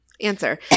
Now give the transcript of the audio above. answer